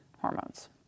hormones